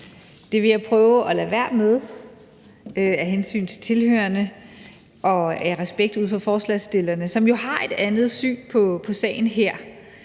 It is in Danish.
det vil jeg prøve at lade være med af hensyn til tilhørerne og af respekt for forslagsstillerne, som jo har et andet syn på sagen her.